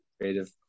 creative